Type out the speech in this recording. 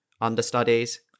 understudies